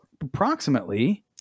approximately